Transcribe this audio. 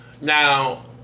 Now